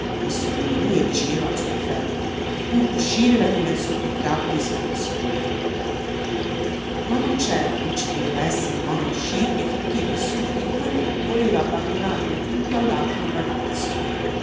due diceva al suo affetto pur d'uscire da quella insopportabile situazione ma non c'era né ci poteva essere modo a uscirne finché nessuno dei due voleva abbandonar del tutto all'altro il ragazzo